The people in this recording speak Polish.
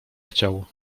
chciał